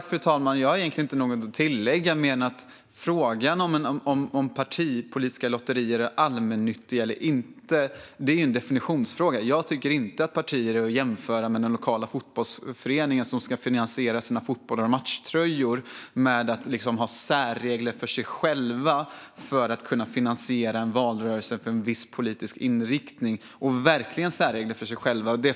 Fru talman! Jag har egentligen inget att tillägga mer än att det är en definitionsfråga om partipolitiska lotterier är allmännyttiga eller inte. Jag tycker inte att man kan jämföra partier med den lokala fotbollsföreningen som ska finansiera sina fotbollar och matchtröjor och att man genom att ha särregler för sig själva ska kunna finansiera en valrörelse för en viss politisk inriktning. Det handlar verkligen om särregler för Soialdemokraterna själva.